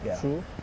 True